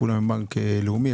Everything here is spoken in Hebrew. כולם מבנק לאומי,